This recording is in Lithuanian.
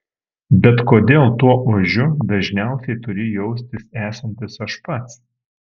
bet kodėl tuo ožiu dažniausiai turiu jaustis esantis aš pats